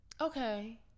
Okay